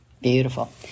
Beautiful